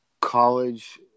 college